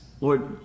Lord